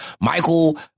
Michael